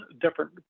different